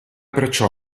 perciò